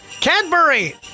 Cadbury